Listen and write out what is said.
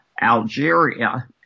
Algeria